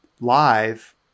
live